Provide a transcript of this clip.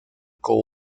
con